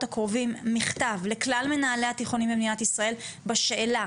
הקרובים מכתב לכלל מנהלי התיכונים במדינת ישראל בשאלה